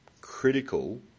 critical